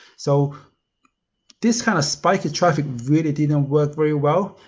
so this kind of spike of traffic really didn't work very well.